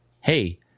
Hey